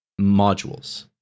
modules